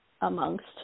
amongst